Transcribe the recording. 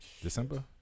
December